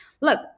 look